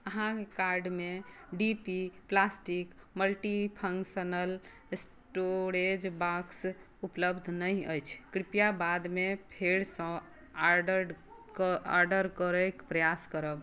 अहाँके कार्डमे D P plastic multifunctional storage box उपलब्ध नहि अछि कृपया बादमे फेरसँ ऑर्डर करैक प्रयास करब